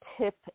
tip